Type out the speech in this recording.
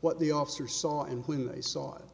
what the officer saw and when they saw